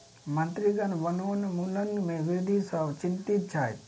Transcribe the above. मंत्रीगण वनोन्मूलन में वृद्धि सॅ चिंतित छैथ